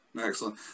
Excellent